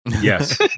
Yes